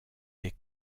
des